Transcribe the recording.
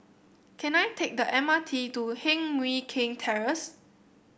can I take the M R T to Heng Mui Keng Terrace